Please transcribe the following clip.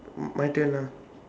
mm my turn ah